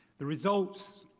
the results